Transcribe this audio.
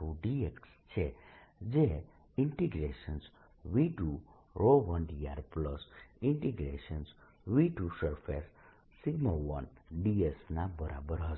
2ds છે જે V21drV2surface1ds ના બરાબર હશે